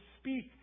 speak